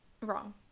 Wrong